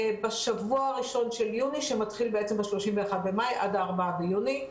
בשבוע הראשון של יוני שמתחיל ב-31 במאי עד ה-4 ביוני.